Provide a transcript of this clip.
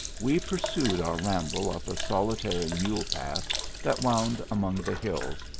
we pur sued our ramble up a solitary mule-path that wound among the hills,